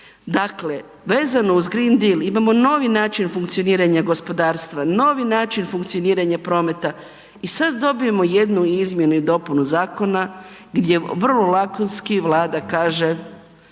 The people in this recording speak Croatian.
Dakle, vezano uz Green Deal imamo novi način funkcioniranja gospodarstva, novi način funkcioniranja prometa i sad dobijemo jednu izmjenu i dopunu zakona gdje vrlo lakonski Vlada kaže